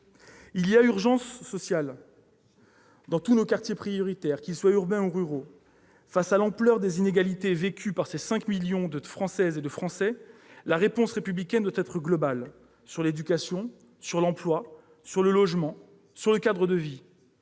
Il y a urgence sociale dans tous nos quartiers prioritaires, qu'ils soient urbains ou ruraux. Face à l'ampleur des inégalités vécues par ces 5 millions de Françaises et de Français, la réponse républicaine doit être globale : sur l'éducation, sur l'emploi, sur le logement et sur le cadre de vie.